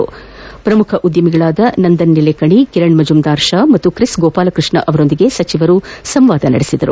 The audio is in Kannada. ಅವರು ಶ್ರಮುಖ ಉದ್ಯಮಿಗಳಾದ ನಂದನ್ ನೀಲೇಕಣಿ ಕಿರಣ್ ಮಜುಂದಾರ್ ಶಾ ಮತ್ತು ತ್ರೆಸ್ ಗೋಪಾಲಕೃಷ್ಣ ಅವರೊಂದಿಗೆ ಸಂವಾದ ನಡೆಸಿದರು